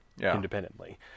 independently